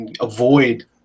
avoid